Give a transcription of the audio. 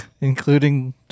Including